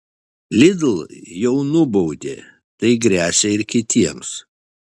lidl jau nubaudė tai gresia ir kitiems